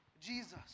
Jesus